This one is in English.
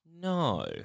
No